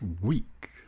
week